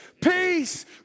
peace